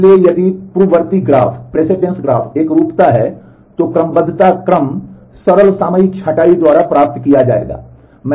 इसलिए यदि पूर्ववर्ती ग्राफ एकरूपता है तो क्रमबद्धता क्रम सरल सामयिक छँटाई द्वारा प्राप्त किया जाएगा